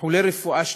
איחולי רפואה שלמה,